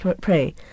pray